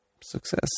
success